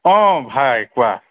অঁ ভাই কোৱা